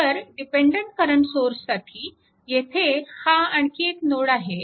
तर dependent current सोर्ससाठी येथे हा आणखी एक नोड आहे